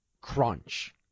crunch